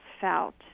felt